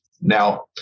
now